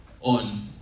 on